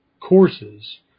courses